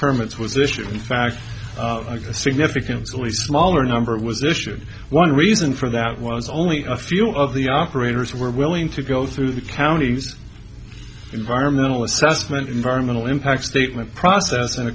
permits was issued in fact a significantly smaller number was issued one reason for that was only a few of the operators were willing to go through the county's environmental assessment environmental impact statement process and